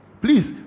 Please